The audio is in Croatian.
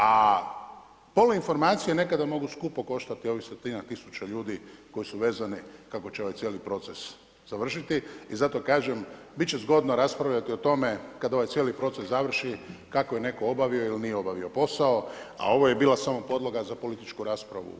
A polu informacije nekada mogu skupo koštati ovih stotinjak tisuća ljudi koji su vezani kako će ovaj cijeli proces završiti i zato kažem, bit će zgodno raspravljati o tome kad ovaj cijeli proces završi, kako je netko obavio ili nije obavio posao, a ovo je bila samo podloga za političku raspravu u Hrvatskom saboru.